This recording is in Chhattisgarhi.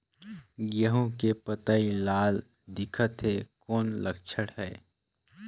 गहूं के पतई लाल दिखत हे कौन लक्षण हे?